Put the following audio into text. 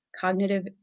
cognitive